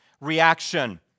reaction